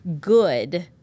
good